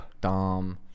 Dom